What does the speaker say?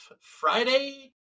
Friday